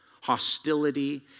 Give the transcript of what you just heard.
hostility